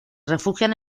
refugian